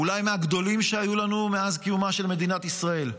אולי מהגדולים שהיו לנו מאז קיומה של מדינת ישראל,